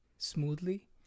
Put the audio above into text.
smoothly